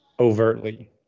overtly